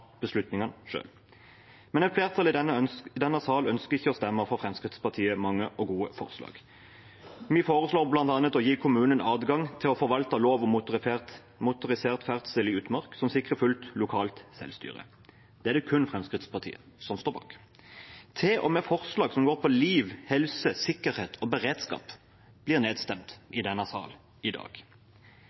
beslutningene selv. Men et flertall i denne sal ønsker ikke å stemme for Fremskrittspartiets mange og gode forslag. Vi foreslår bl.a. å gi kommunene adgang til å forvalte lov om motorisert ferdsel i utmark, som sikrer fullt lokalt selvstyre. Det er det kun Fremskrittspartiet som står bak. Til og med forslag som går på liv, helse, sikkerhet og beredskap, blir nedstemt i denne salen i dag.